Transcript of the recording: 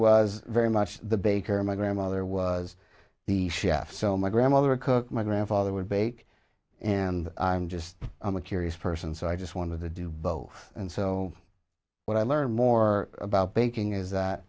was very much the baker and my grandmother was the chef so my grandmother a cook my grandfather would bake and i'm just i'm a curious person so i just want to do both and so what i learned more about baking is that